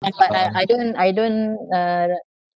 uh but I I don't I don't uh